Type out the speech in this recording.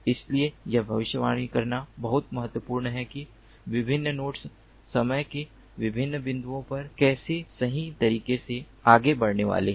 इसलिए यह भविष्यवाणी करना महत्वपूर्ण है कि विभिन्न नोड्स समय के विभिन्न बिंदुओं पर कैसे सही तरीके से आगे बढ़ने वाले हैं